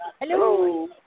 Hello